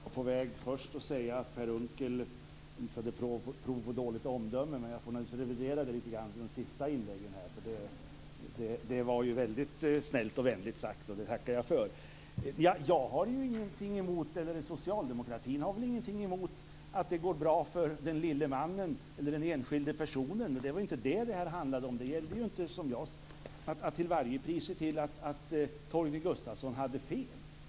Fru talman! Jag var på väg att säga Per Unckel visade prov på dåligt omdöme. Jag får revidera det lite grann efter det senaste inlägget. Det var snällt och vänligt sagt, och det tackar jag för. Socialdemokratin har ingeting emot att det går bra för den lille mannen, den enskilde personen. Det är inte det det hela handlar om. Det gällde inte att till varje pris se till att Torgny Gustafsson hade fel.